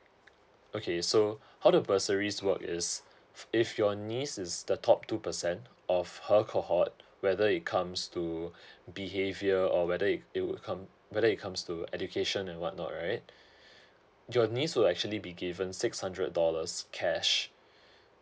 okay so how the bursaries work is if your niece is the top two percent of her cohort whether it comes to behavior or whether it it will come whether it comes to education and what not right your niece will actually be given six hundred dollars cash